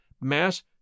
mass